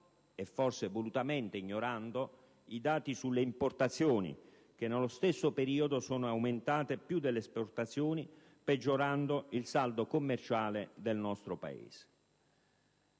e forse volutamente ignorando - i dati sulle importazioni, che nello stesso periodo sono aumentate più delle esportazioni, peggiorando il saldo commerciale del nostro Paese.